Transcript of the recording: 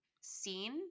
seen